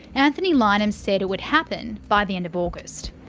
anthony lynham said it would happen by the end of august.